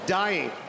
dying